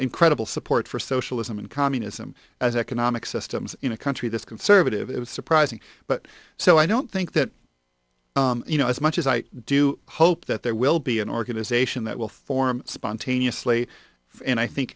incredible support for socialism and communism as economic systems in a country that's conservative it was surprising but so i don't think that you know as much as i do hope that there will be an organization that will form spontaneously and i think